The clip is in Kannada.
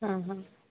ಹಾಂ ಹಾಂ